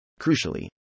Crucially